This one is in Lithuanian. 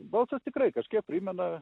balsas tikrai kažkiek primena